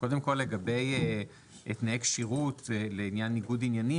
קודם כל לגבי תנאי כשירות לעניין ניגוד עניינים,